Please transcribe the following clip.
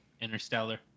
Interstellar